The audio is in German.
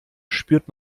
spürt